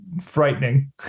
frightening